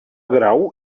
grau